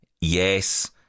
yes